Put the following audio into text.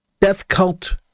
death-cult